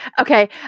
Okay